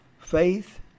faith